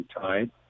tied